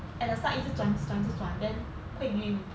at the start 一直转转一直转 then 会晕